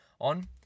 on